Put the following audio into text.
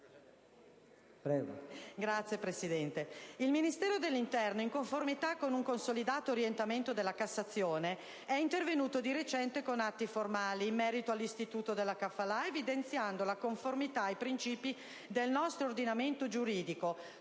Il Ministero dell'interno, in conformità con un consolidato orientamento della Cassazione, è intervenuto di recente con atti formali in merito all'istituto della *kafala*, evidenziandone la conformità ai principi del nostro ordinamento giuridico